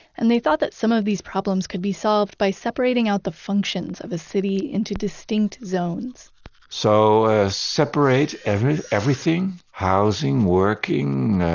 and they thought that some of these problems could be solved by separating out the functions of a city into distinct zones so separate everything everything housing, working,